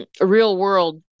real-world